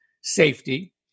safety